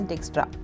Extra